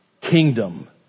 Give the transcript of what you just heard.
Kingdom